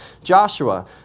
Joshua